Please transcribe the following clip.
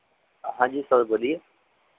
हां जी सर बोलिए